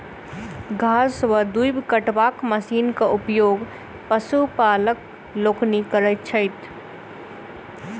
घास वा दूइब कटबाक मशीनक उपयोग पशुपालक लोकनि करैत छथि